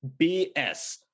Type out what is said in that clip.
BS